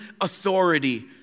authority